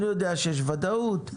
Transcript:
אני יודע שיש ודאות,